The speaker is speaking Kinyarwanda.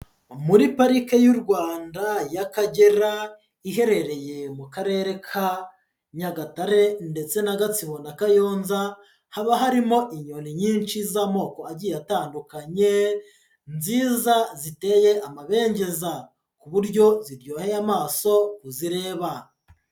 Muri parike y'u Rwanda y'Akagera iherereye mu karere ka Nyagatare ndetse na Gatsibo na Kayonza, haba harimo inyoni nyinshi z'amoko agiye atandukanye, nziza ziteye amabengeza, ku buryo ziryoheye amaso kuzireba.